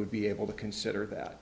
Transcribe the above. would be able to consider that